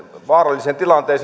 vaarallisen tilanteen